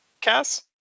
Cass